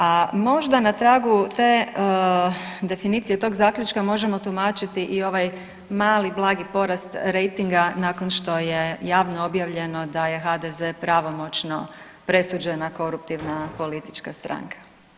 A možda na tragu te definicije tog zaključka možemo tumačiti i ovaj mali blagi porast rejtinga nakon što je javno objavljeno da je HDZ pravomoćno presuđena koruptivna politička stranka.